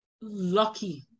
lucky